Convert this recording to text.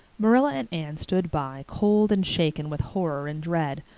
marilla and anne stood by, cold and shaken with horror and dread,